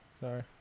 Sorry